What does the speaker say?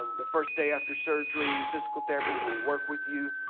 um the first day after surgery physical therapy will work with you,